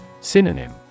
Synonym